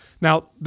Now